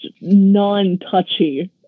non-touchy